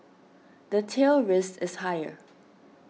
the tail risk is higher